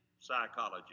psychology